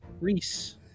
reese